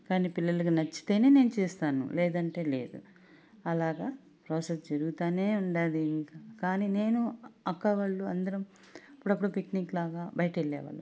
కానీ పిల్లలకు నచ్చితేనే నేను చేస్తాను లేదంటే లేదు అలాగ ప్రాసెస్ జరుగుతానే ఉన్నది ఇంకా కానీ నేను అక్క వాళ్ళు అందరం అప్పుడప్పుడు పిక్నిక్లాగా బయటెళ్ళే వాళ్ళం